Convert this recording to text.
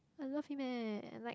I love him eh like